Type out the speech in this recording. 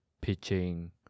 pitching